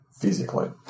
physically